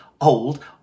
old